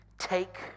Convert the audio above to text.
Take